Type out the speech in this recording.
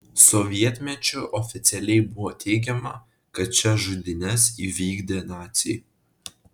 sovietmečiu oficialiai buvo teigiama kad šias žudynes įvykdė naciai